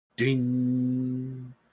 Ding